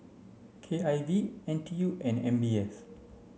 K I V N T U and M B S